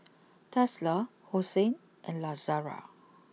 Tesla Hosen and Lazada